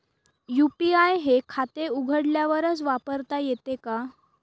UPI हे खाते उघडल्यावरच वापरता येते का?